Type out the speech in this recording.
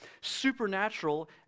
supernatural